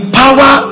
power